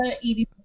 eating